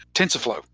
tensorflow.